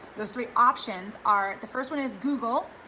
those three options are, the first one is google.